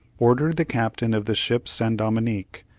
ordered the captain of the ship san dominick,